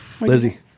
Lizzie